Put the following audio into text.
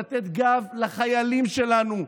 לתת גב לחיילים שלנו,